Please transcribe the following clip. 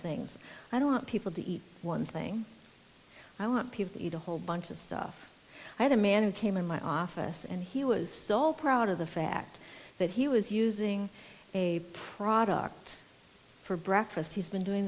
things i don't want people to eat one thing i want people to eat a whole bunch of stuff i had a man who came in my office and he was so proud of the fact that he was using a product for breakfast he's been doing